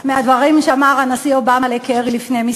מהדברים שאמר הנשיא אובמה לקרי לפני כמה